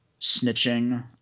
snitching